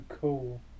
cool